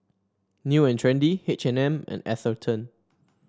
New And Trendy H and M and Atherton